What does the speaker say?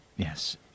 Yes